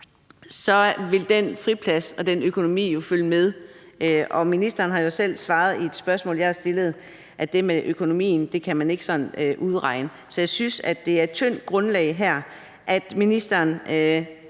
vil den friplads og den økonomi jo følge med, og ministeren har selv svaret i et spørgsmål, jeg har stillet, at det med økonomien kan man ikke sådan udregne. Så jeg synes, at det er på et tyndt grundlag, at ministeren